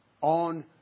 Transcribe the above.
On